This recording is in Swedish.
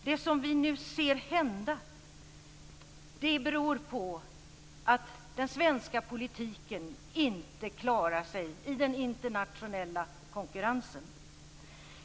Det som vi nu ser hända beror på att den svenska politiken inte klarar sig i den internationella konkurrensen.